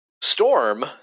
Storm